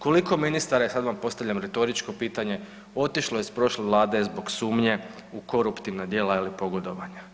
Koliko ministara je, sad vam postavljam retoričko pitanje, otišlo iz prošle vlade zbog sumnje u koruptivna djela ili pogodovanja?